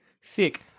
Sick